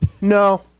No